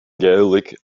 gaelic